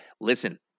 Listen